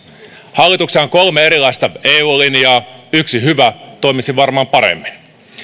hallituksella on kolme erilaista eu linjaa yksi hyvä toimisi varmaan paremmin